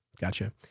Gotcha